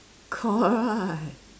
correct